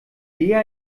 lea